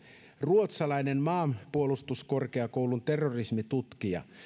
ruotsalainen maanpuolustuskorkeakoulun terrorismitutkija